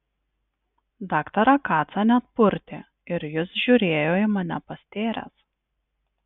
daktarą kacą net purtė ir jis žiūrėjo į mane pastėręs